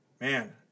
man